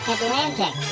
Atlantic